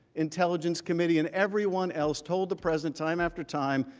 intelligence committee and everyone else told the president time after time,